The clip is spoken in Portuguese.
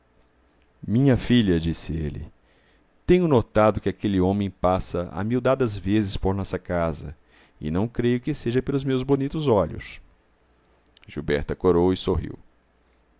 minha filha disse ele tenho notado que aquele homem passa amiudadas vezes por nossa casa e não creio que seja pelos meus bonitos olhos gilberta corou e sorriu